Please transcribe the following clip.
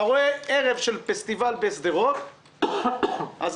אתה רואה ערב של פסטיבל בשדרות כאשר נשמעת